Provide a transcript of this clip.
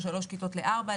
או שלוש כיתות לארבע,